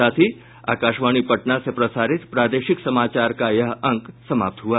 इसके साथ ही आकाशवाणी पटना से प्रसारित प्रादेशिक समाचार का ये अंक समाप्त हुआ